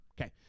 okay